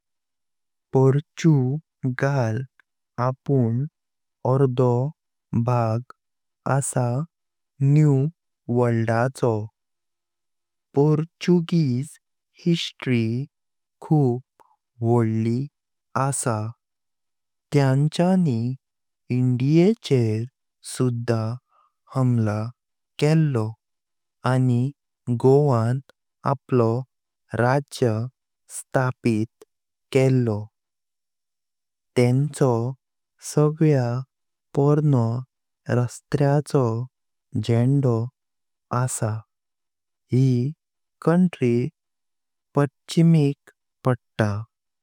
पुर्तगाल अपुन अर्डो भाग असा न्यू वर्ल्डाचो। पुर्तगालीस हिस्ट्री खूबें वडली असा तेन्च्यांनी इंडियाचेर सुद्धा हमला केल्लो आनी गोवण आपलो राज्य स्थापीत केल्लो। तेन्चो सगळ्या पर्यंनो राष्ट्राचो झेण्डो असा। यी कंट्री पच्छीमेक पडता।